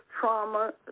trauma